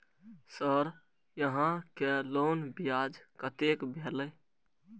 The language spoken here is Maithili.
सर यहां के लोन ब्याज कतेक भेलेय?